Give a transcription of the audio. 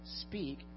speak